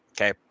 Okay